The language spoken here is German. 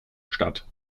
statt